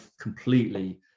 completely